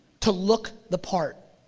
to look the part,